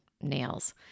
nails